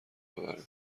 ببرین